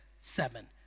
seven